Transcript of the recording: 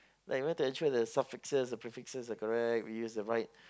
like you want to ensure the suffixes the prefixes are correct we used to write